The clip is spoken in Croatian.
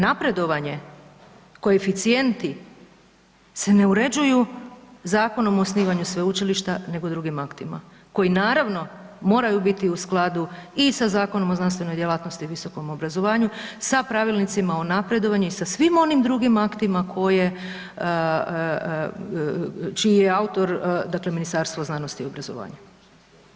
Napredovanje, koeficijenti se ne uređuju Zakonom o osnivanju sveučilišta nego drugim aktima koji naravno moraju biti u skladu i sa Zakonom o znanstvenoj djelatnosti i visokom obrazovanju, sa Pravilnicima o napredovanju i sa svim onim drugim aktima koje, čiji je autor, dakle Ministarstvo znanosti i obrazovanja.